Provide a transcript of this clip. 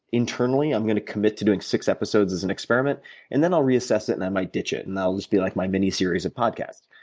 internally i'm going to commit to doing six episodes as an experiment and then i'll reassess it and i might ditch it and that will just be like my miniseries of podcasts.